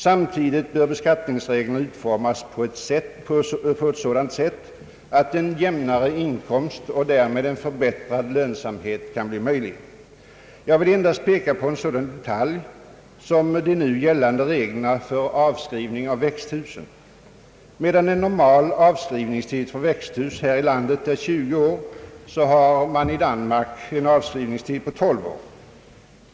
Samtidigt bör beskattningsreglerna utformas på ett sådant sätt att en jämnare inkomst och därmed en förbättrad lönsamhet skall kunna bli möjlig. Jag vill endast peka på en sådan detalj som de nu gällande reglerna för avskrivning av växthusen. Medan normal avskrivningstid för växthus här i landet är 20 år, så är den i Danmark 12 år.